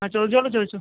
ചോദിച്ചോളൂ ചോദിച്ചോ